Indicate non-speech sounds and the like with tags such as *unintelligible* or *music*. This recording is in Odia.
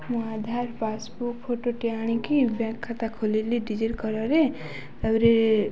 ମୁଁ ଆଧାର ପାସ୍ବୁକ୍ ଫଟୋଟି ଆଣିକି ବ୍ୟାଙ୍କ ଖାତା ଖୋଲିଲି *unintelligible* ରେ ତାପରେ